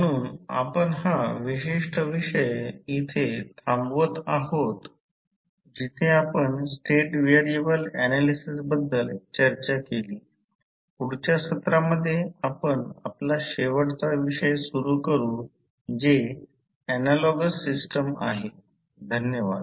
म्हणून V2 0 V2V2 voltage नियमन प्रति युनिट च्या संदर्भात Re2 प्रति युनिट कॉस ∅2 XE2 प्रति युनिट sin ∅2 अगदी सोपे आहे फक्त थोडा सराव आवश्यक आहे